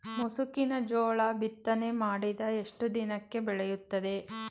ಮುಸುಕಿನ ಜೋಳ ಬಿತ್ತನೆ ಮಾಡಿದ ಎಷ್ಟು ದಿನಕ್ಕೆ ಬೆಳೆಯುತ್ತದೆ?